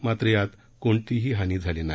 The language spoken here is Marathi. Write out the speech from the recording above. मात्र यात कोणतीही हानी झाली नाही